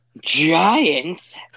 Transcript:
Giants